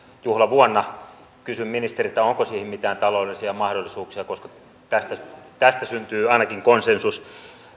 juhlavuonna kysyn ministeriltä onko siihen mitään taloudellisia mahdollisuuksia koska tästä tästä syntyy ainakin konsensus